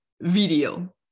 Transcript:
video